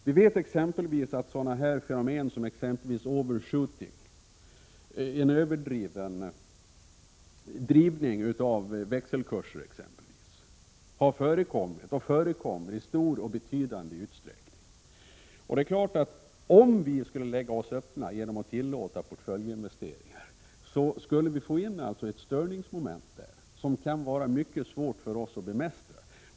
Vi vet att exempelvis sådana fenomen som overshooting, en överdriven reaktion när det gäller växelkurserna, har förekommit och förekommer i stor och betydande utsträckning. Det är klart att om vi skulle tillåta portföljinvesteringar skulle vi få in ett störningsmoment som kunde vara mycket svårt för oss att bemästra.